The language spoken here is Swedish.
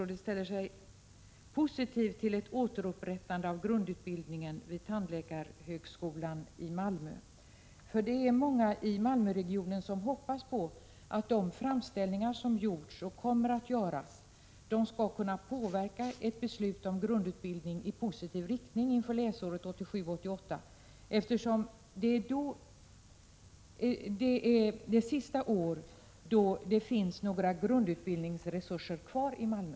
Det är många i Malmöregionen som hoppas på att de framställningar som har gjorts och kommer att göras skall kunna påverka ett beslut om grundutbildning läsåret 1987/88 i positiv riktning. Detta läsår är nämligen det sista då det finns några grundutbildningsresurser kvar i Malmö.